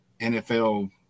NFL